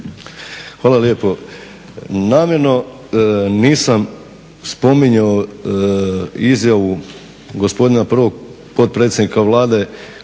Hvala lijepo. Namjerno nisam spominjao izjavu gospodina prvog potpredsjednika Vlade